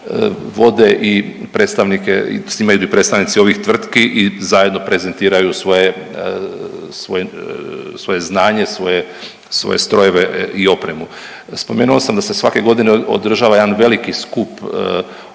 vode i predstavnike, s njima idu i predstavnici ovih tvrtki i zajedno prezentiraju svoje, svoj, svoje znanje, svoje, svoje strojeve i opremu. Spomenu sam da se svake godine održava jedan veliki skup oko